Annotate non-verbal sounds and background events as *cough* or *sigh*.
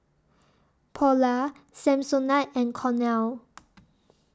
Polar Samsonite and Cornell *noise*